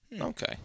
okay